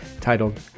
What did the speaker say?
titled